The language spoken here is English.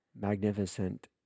magnificent